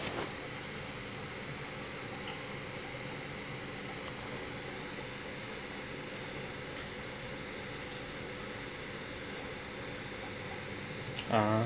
ah